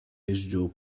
residual